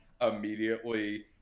immediately